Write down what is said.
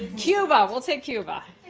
cuba. we'll take cuba.